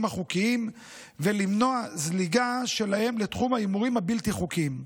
החוקיים ולמנוע זליגה שלהם לתחום ההימורים הבלתי-חוקיים.